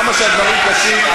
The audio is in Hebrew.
עד כמה שהדברים קשים,